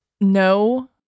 no